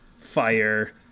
fire